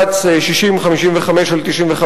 בהקשר זה אזכיר את בג"ץ 6055/95,